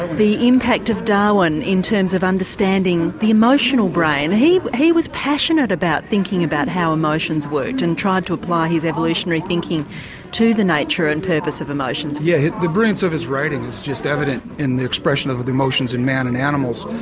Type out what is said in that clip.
the impact of darwin in terms of understanding the emotional brain. he he was passionate about thinking about how emotions worked and tried to apply his evolutionary thinking to the nature and purpose of emotions. yeah yes the brilliance of his writing is just evident in the expression of of emotions in man and animals.